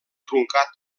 truncat